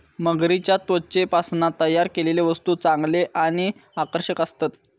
मगरीच्या त्वचेपासना तयार केलेले वस्तु चांगले आणि आकर्षक असतत